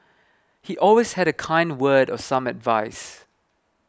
he always had a kind word or some advice